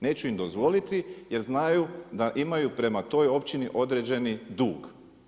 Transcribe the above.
Neću im dozvoliti jer znaju da imaju prema toj općini određeni dug.